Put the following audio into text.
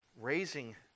Raising